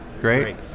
Great